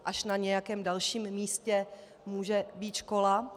Až na nějakém dalším místě může být škola.